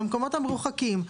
במקומות המרוחקים,